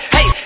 Hey